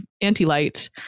anti-light